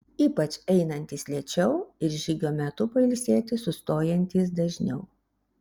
ypač einantys lėčiau ir žygio metu pailsėti sustojantys dažniau